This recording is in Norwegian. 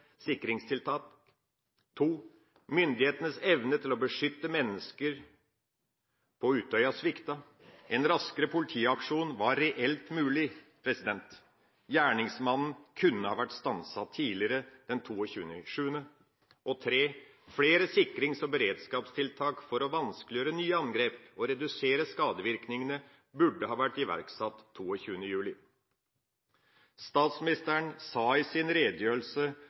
Myndighetenes evne til å beskytte menneskene på Utøya sviktet. En raskere politiaksjon var reelt mulig. Gjerningsmannen kunne ha vært stanset tidligere 22. juli. Flere sikrings- og beredskapstiltak for å vanskeliggjøre nye angrep og redusere skadevirkningene burde ha vært iverksatt 22. juli. Statsministeren sa i sin redegjørelse